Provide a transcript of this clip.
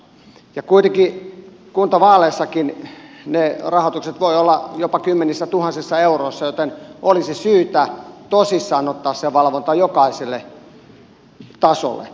kuitenkin kuntavaaleissakin ne rahoitukset voivat olla jopa kymmenissätuhansissa euroissa joten olisi syytä tosissaan ottaa se valvonta jokaiselle tasolle